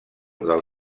del